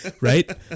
Right